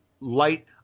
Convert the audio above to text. light